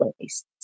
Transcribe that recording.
place